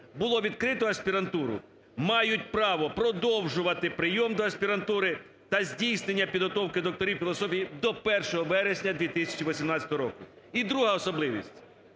було відкрито аспірантуру, мають право продовжувати прийом до аспірантури та здійснення підготовки докторів філософії до 1 вересня 2018 року. І друга особливість.